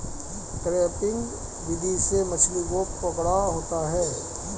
trapping विधि से मछली को पकड़ा होता है